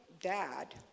dad